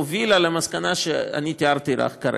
והיא הובילה למסקנה שאני תיארתי לך כרגע.